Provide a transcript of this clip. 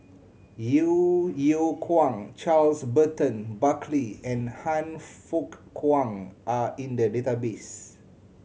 Yeo Yeow Kwang Charles Burton Buckley and Han Fook Kwang are in the database